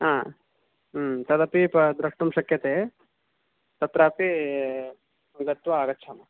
हा हूं तदपि द्रष्टुं शक्यते तत्रापि गत्वा आगच्छामः